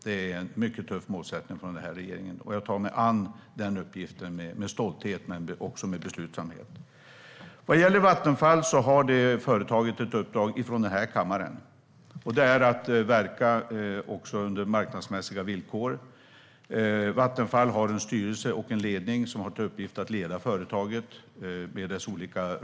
Det är en mycket tuff målsättning för den här regeringen, och jag tar mig an den uppgiften med stolthet och beslutsamhet. Vad gäller Vattenfall vill jag framhålla att det företaget har ett uppdrag från den här kammaren. Det är att verka under marknadsmässiga villkor. Vattenfall har en styrelse och en ledning som har till uppgift att leda företaget.